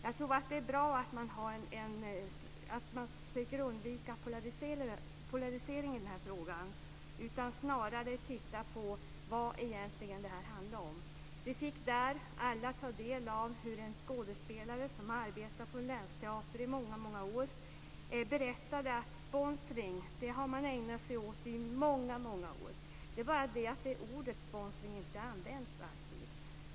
Jag tror att det är bra att man försöker undvika polarisering i den här frågan utan snarare tittar på vad det egentligen handlar om. Vi fick där alla ta del av hur en skådespelare som arbetat på en länsteater i många år berättade att man har ägnat sig åt sponsring i många år. Det är bara det att ordet sponsring inte alltid används.